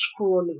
scrolling